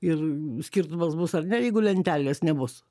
ir skirtumas bus ar ne jeigu lentelės nebus